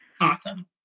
awesome